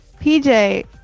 PJ